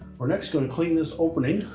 we're next going to clean this opening.